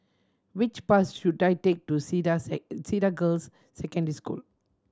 which bus should I take to Cedar Cedar Girls' Secondary School